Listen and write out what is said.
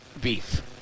beef